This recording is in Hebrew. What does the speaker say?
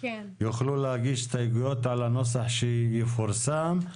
הם יוכלו להגיש הסתייגויות כאשר יפורסם נוסח.